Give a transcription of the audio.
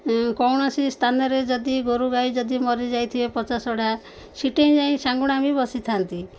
କୌଣସି ସ୍ଥାନରେ ଯଦି ଗୋରୁ ଗାଈ ଯଦି ମରିଯାଇଥିବେ ପଚାସଢ଼ା ସିଠେଇ ଯାଇ ଶାଗୁଣା ବି ବସିଥାନ୍ତି